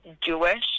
Jewish